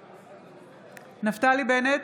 בנט,